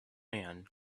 man